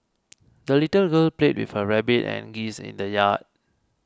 the little girl played with her rabbit and geese in the yard